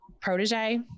protege